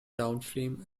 downstream